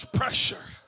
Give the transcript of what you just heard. pressure